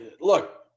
look